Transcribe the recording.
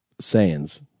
sayings